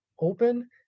open